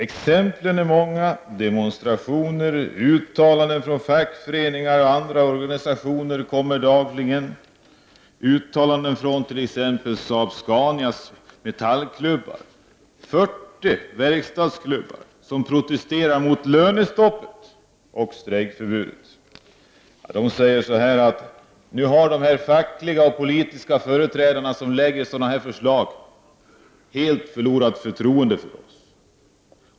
Exemplen är många, och demonstrationer, uttalanden från fackföreningar och andra organisationer kommer dagligen. Uttalanden har gjorts av t.ex. SAAB-Scanias metallklubbar. 40 verkstadsklubbar protesterar mot lönestoppet och strejkförbudet. De säger att de fackliga och politiska företrädare som lägger sådana här förslag helt förlorat deras förtroende.